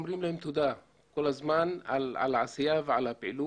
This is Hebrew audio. כל הזמן אומרים להם תודה על העשייה ועל הפעילות